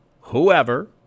whoever